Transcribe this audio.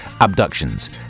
Abductions